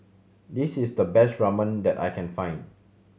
this is the best Ramyeon that I can find